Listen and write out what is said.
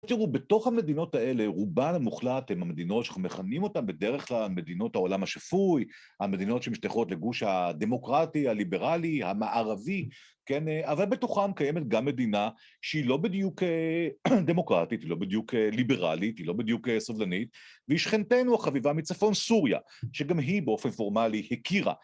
תראו, בתוך המדינות האלה, רובן המוחלט הן המדינות שאנחנו מכנים אותן בדרך כלל מדינות העולם השפוי, המדינות שמשתייכות לגוש הדמוקרטי, הליברלי, המערבי, כן? אבל בתוכן קיימת גם מדינה שהיא לא בדיוק דמוקרטית, היא לא בדיוק ליברלית, היא לא בדיוק סובלנית, והיא שכנתנו החביבה מצפון, סוריה, שגם היא באופן פורמלי הכירה